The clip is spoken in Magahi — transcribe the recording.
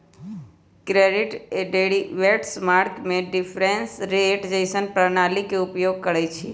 क्रेडिट डेरिवेटिव्स मार्केट में डिफरेंस रेट जइसन्न प्रणालीइये के उपयोग करइछिए